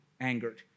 angered